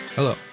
Hello